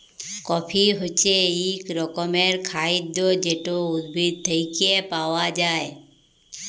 coffee হছে ইক রকমের খাইদ্য যেট উদ্ভিদ থ্যাইকে পাউয়া যায়